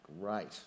great